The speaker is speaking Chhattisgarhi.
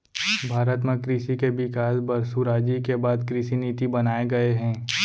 भारत म कृसि के बिकास बर सुराजी के बाद कृसि नीति बनाए गये हे